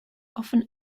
often